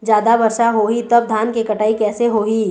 जादा वर्षा होही तब धान के कटाई कैसे होही?